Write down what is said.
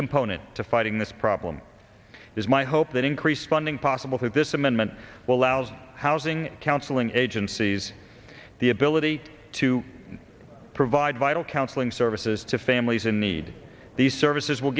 component to fighting this problem is my hope that increased funding possible through this amendment will lousy housing counseling agencies the ability to provide vital counseling services to families in need these services will